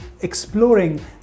exploring